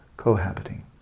cohabiting